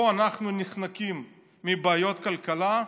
פה אנחנו נחנקים מבעיות כלכלה.